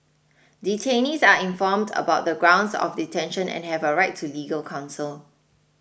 detainees are informed about the grounds of detention and have a right to legal counsel